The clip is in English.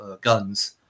guns